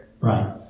Right